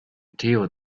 theo